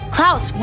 Klaus